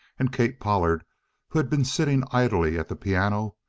and kate pollard, who had been sitting idly at the piano,